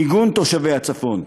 מיגון תושבי הצפון,